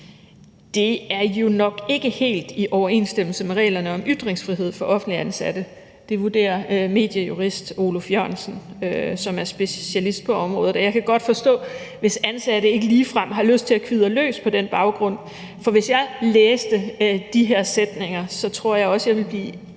Det er jo nok ikke helt i overensstemmelse med reglerne om ytringsfrihed for offentligt ansatte – det vurderer mediejurist Oluf Jørgensen, som er specialist på området. Og jeg kan godt forstå, hvis ansatte ikke ligefrem har lyst til at kvidre løs på den baggrund, for hvis jeg læste de her sætninger, tror jeg også, jeg ville blive